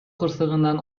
кырсыгынан